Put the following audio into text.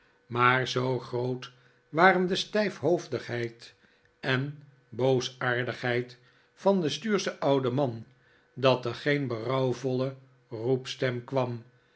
maar zoo groot waxen de stijfhoofdigheid en boosaardigheid van den stuurschen ouden man dat er geen berouwvolle roepstem kwam